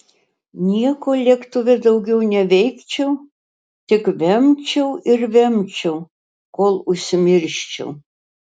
nieko lėktuve daugiau neveikčiau tik vemčiau ir vemčiau kol užsimirščiau